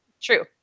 True